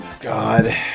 God